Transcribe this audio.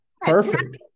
perfect